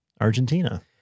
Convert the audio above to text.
Argentina